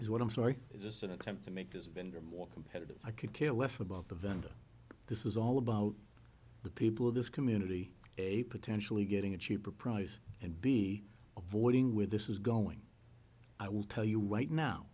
is what i'm sorry is this an attempt to make this vendor more competitive i could care less about the vendor this is all about the people of this community a potentially getting a cheaper price and b avoiding with this is going i will tell you right now